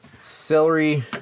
celery